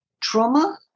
trauma